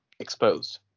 exposed